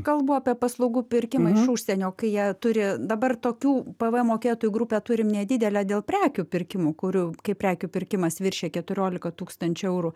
kalbu apie paslaugų pirkimą iš užsienio kai jie turi dabar tokių pvm mokėtojų grupę turim nedidelę dėl prekių pirkimų kurių kai prekių pirkimas viršija keturiolika tūkstančių eurų